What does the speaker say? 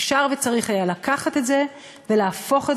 אפשר וצריך היה לקחת את זה ולהפוך את